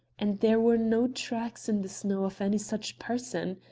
and there were no tracks in the snow of any such person.